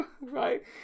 right